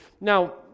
Now